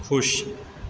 खुश